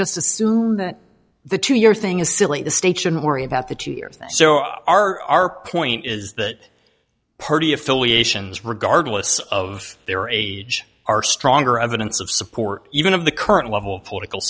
just assume that the two year thing is silly the state shouldn't worry about the two years so our point is that party affiliations regardless of their age are stronger evidence of support even of the current level political